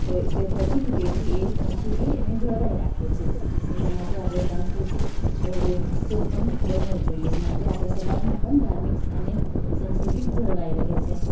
પ પછીની પેઢી એ સંસ્કૃતિને જળવાઈ રાખે છે એના માટે આપણે સાંસ્કૃતિક હિસ્સો પણ બનવું જોઈએ માટે આપણા સમાજમાં પણ ધાર્મિક અને સાંસ્કૃતિક જળવાઈ રહે છે